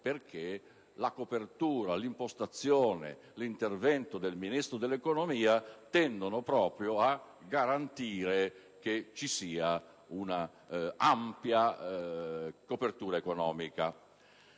perché la copertura, l'impostazione e l'intervento del Ministro dell'economia tendono proprio a garantire un'ampia copertura economica.